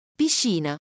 piscina